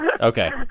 Okay